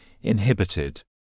inhibited